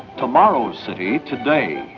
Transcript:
tomorrow's city today.